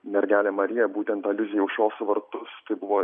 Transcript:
mergelė marija būtent aliuzija į aušros vartus tai buvo